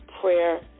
prayer